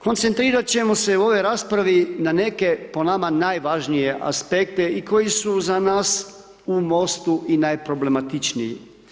Koncentrirat ćemo u ovoj raspravi na neke po nama najvažnije aspekte i koji su za nas u MOST-u i najproblematičniji.